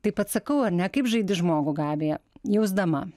taip atsakau ar ne kaip žaidi žmogų gabija jausdama